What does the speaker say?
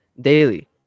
daily